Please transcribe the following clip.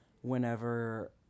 whenever